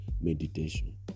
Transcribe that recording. meditation